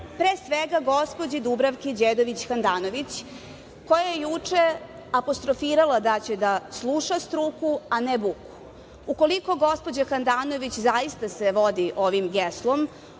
pre svega gospođi Dubravki Đedović Handanović, koja je juče apostrofirala da će da sluša struku, a ne buku. Ukoliko gospođa Handanović zaista se vodi ovim geslom,